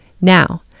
Now